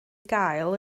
gael